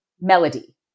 Melody